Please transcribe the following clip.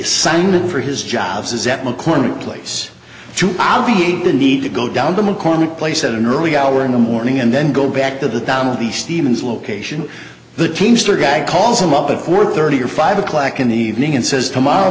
assignment for his jobs is at mccormick place to power beat the need to go down to mccormick place at an early hour in the morning and then go back to the family stevens location the teamster guy calls him up at four thirty or five o'clock in the evening and says tomorrow